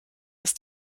ist